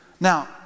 Now